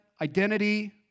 Identity